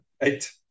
eight